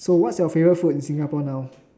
so what's your favorite food in Singapore now